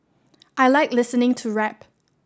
I like listening to rap